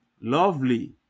lovely